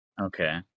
Okay